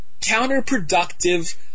counterproductive